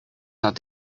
not